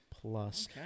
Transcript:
Plus